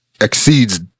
exceeds